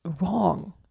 wrong